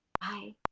Bye